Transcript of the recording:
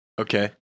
Okay